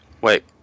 Wait